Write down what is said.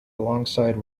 alongside